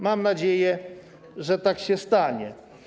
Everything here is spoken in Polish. Mam nadzieję, że tak się stanie.